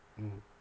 mm